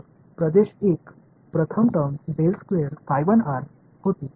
எனவே பிராந்திய 1 முதல் வெளிப்பாடு மற்றும் உங்களுக்கு இந்த இருந்தபோது